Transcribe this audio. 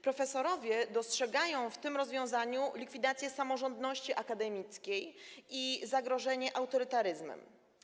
Profesorowie dostrzegają w tym rozwiązaniu likwidację samorządności akademickiej i zagrożenie autorytaryzmem.